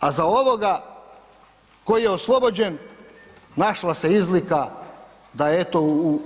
A za ovoga koji je oslobođen, našla se izlika, da eto, u